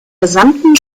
gesamten